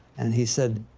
and he said,